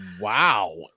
Wow